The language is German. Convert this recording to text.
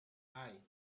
hei